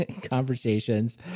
conversations